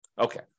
Okay